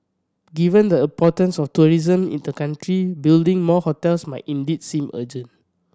given the importance of tourism in the country building more hotels might indeed seem urgent